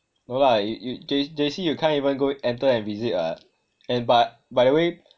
no lah you you J~ J_C you can't even go enter and visit and b~ by the way